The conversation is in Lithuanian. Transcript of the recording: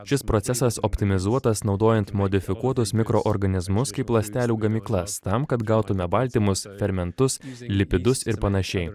šis procesas optimizuotas naudojant modifikuotus mikroorganizmus kaip ląstelių gamyklas tam kad gautume baltymus fermentus lipidus ir panašiai